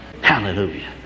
Hallelujah